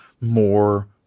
more